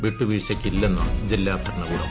വിട്ടുവീഴ്ചയ്ക്ക് ഇല്ലെന്ന് ജില്ലാ ഭരണകൂടം